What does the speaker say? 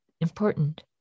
important